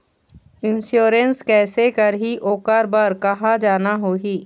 Insurance कैसे करही, ओकर बर कहा जाना होही?